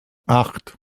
acht